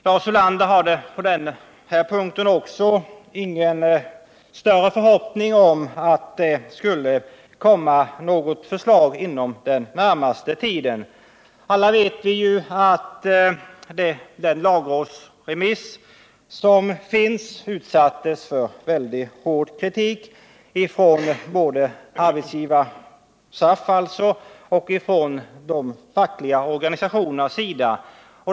Lars Ulander hade inte heller på denna punkt någon större förhoppning om att det skulle komma något förslag inom den närmaste tiden. Alla vet vi att den lagrådsremiss som utarbetats utsattes för en mycket hård kritik både från SAF och från de fackliga organisationerna.